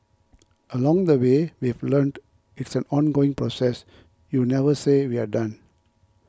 along the way we've learnt it's an ongoing process you never say we're done